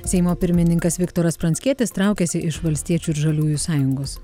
seimo pirmininkas viktoras pranckietis traukiasi iš valstiečių ir žaliųjų sąjungos